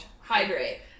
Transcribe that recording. hydrate